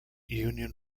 union